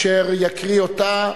אשר יקריא אותה